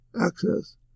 Access